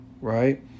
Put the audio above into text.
right